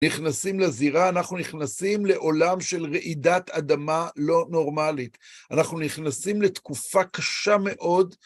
נכנסים לזירה, אנחנו נכנסים לעולם של רעידת אדמה לא נורמלית. אנחנו נכנסים לתקופה קשה מאוד.